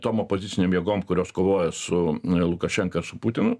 tom opozicinėm jėgom kurios kovoja su lukašenka ir su putinu